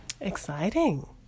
Exciting